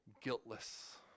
guiltless